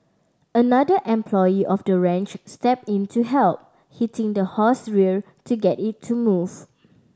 another employee of the ranch stepped into help hitting the horse rear to get it to move